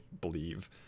believe